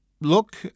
look